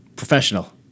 Professional